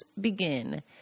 begin